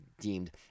deemed